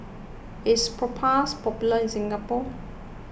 is Propass popular in Singapore